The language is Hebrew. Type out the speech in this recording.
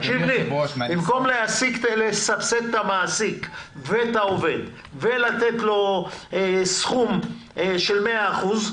במקום לסבסד את המעסיק ואת העובד ולתת לו סכום של 100%,